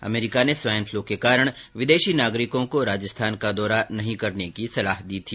America ने swine flu के कारण विदेशी नागरिकों को राजस्थान का दौरा नहीं करने की सलाह दी थी